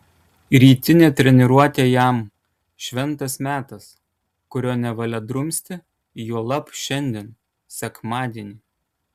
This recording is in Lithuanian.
rytinė treniruotė jam šventas metas kurio nevalia drumsti juolab šiandien sekmadienį